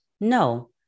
No